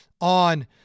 on